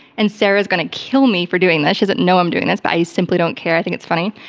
and sarah's going to kill me for doing this. she doesn't know i'm doing this, but i simply don't care. i think it's funny.